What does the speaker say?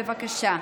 בבקשה.